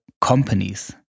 companies